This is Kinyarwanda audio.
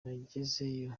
nagezeyo